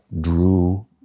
Drew